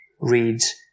reads